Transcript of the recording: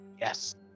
Yes